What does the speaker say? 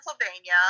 Pennsylvania